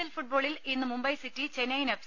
L ഫുട്ബോളിൽ ഇന്ന് Mumbai City Chennaiyin F